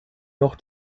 noch